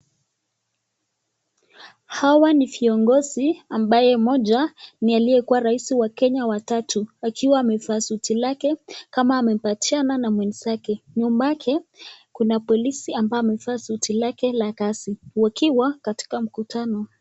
Hawa ni viongozi ambaye moja ni aliyekuwa rais wa Kenya wa watatu akiwa amevalia suti lake kama amekupatiana na mwenzake. Nyuma yake kuna polisi ambaye amevaa suti lake la kazi wakiwa katika mkutano.